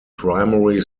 primary